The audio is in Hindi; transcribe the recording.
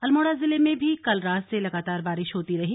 अल्मोड़ा जिले में भी कल रात से लगातार बारिश होती रही